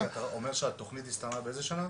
אתה אומר שהתוכנית הסתיימה באיזו שנה?